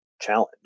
challenge